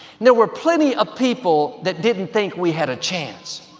and there were plenty of people that didn't think we had a chance,